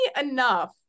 enough